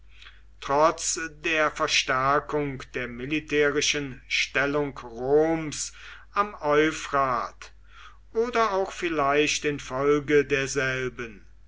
trotz der verstärkung der militärischen stellung roms am euphrat oder auch vielleicht infolge derselben